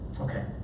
Okay